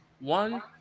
One